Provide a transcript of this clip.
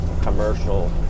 commercial